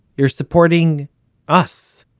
you're supporting us,